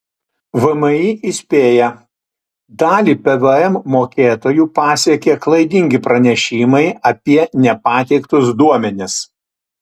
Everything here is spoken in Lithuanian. vmi įspėja dalį pvm mokėtojų pasiekė klaidingi pranešimai apie nepateiktus duomenis